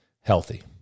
healthy